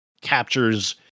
captures